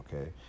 okay